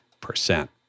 percent